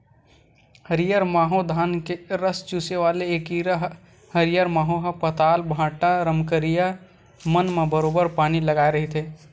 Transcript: हरियर माहो धान के रस चूसे वाले ऐ कीरा ह हरियर माहो ह पताल, भांटा, रमकरिया मन म बरोबर बानी लगाय रहिथे